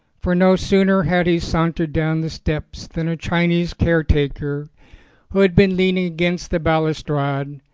for no sooner had he sauntered down the steps than a chinese caretaker who had been leaning against the balustrade,